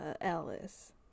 Alice